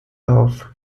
auf